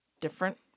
different